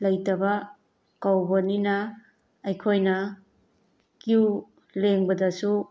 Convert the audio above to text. ꯂꯩꯇꯕ ꯀꯧꯕꯅꯤꯅ ꯑꯩꯈꯣꯏꯅ ꯀ꯭ꯌꯨ ꯂꯦꯡꯕꯗꯁꯨ